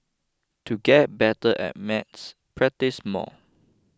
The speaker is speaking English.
to get better at maths practise more